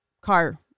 car